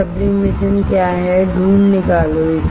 sublimation क्या है ढूंढ निकालो इसे